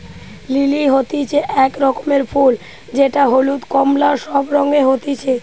lily হতিছে এক রকমের ফুল যেটা হলুদ, কোমলা সব রঙে হতিছে